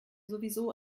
sowieso